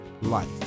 life